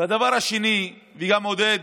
והדבר השני, וגם עודד,